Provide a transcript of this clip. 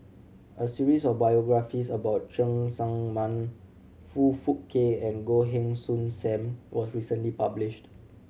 a series of biographies about Cheng Tsang Man Foong Fook Kay and Goh Heng Soon Sam was recently published